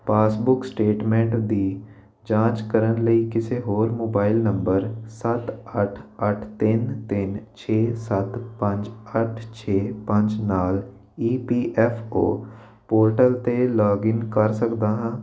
passbook statement ਦੀ ਜਾਂਚ ਕਰਨ ਲਈ ਕਿਸੇ ਹੋਰ ਮੋਬਾਈਲ ਨੰਬਰ ਸੱਤ ਅੱਠ ਅੱਠ ਤਿੰਨ ਤਿੰਨ ਛੇ ਸੱਤ ਪੰਜ ਅੱਠ ਛੇ ਪੰਜ ਨਾਲ E P F O portal 'ਤੇ ਲੌਗਇਨ ਕਰ ਸਕਦਾ ਹਾਂ